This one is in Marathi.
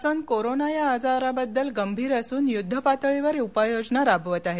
शासन कोरोना या आजाराबद्दल गंभीर असून युद्धपातळीवर उपाययोजना राबवित आहे